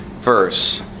verse